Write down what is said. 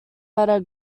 letter